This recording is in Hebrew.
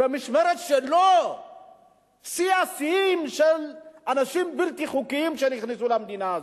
שבמשמרת שלו שיא השיאים של מספר האנשים הבלתי חוקיים נכנסו למדינה הזאת,